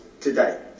today